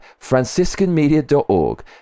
franciscanmedia.org